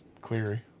Cleary